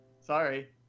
Sorry